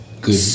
good